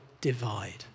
divide